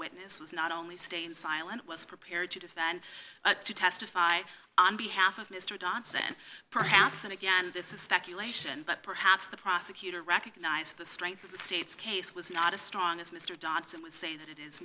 witness was not only staying silent was prepared to defend to testify on behalf of mr johnson perhaps and again this is speculation but perhaps the prosecutor recognized the strength of the state's case was not as strong as mr dotson would say that it is